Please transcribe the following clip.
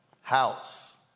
house